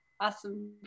awesome